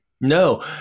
No